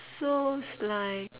so like